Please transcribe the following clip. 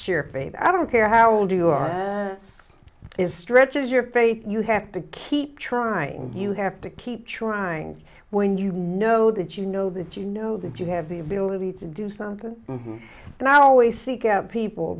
fave i don't care how old you are is stretches your faith you have to keep trying you have to keep trying when you know that you know that you know that you have the ability to do something and i always seek out people